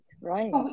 right